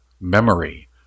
memory